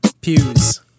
Pews